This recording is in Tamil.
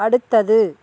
அடுத்தது